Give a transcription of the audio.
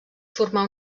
formar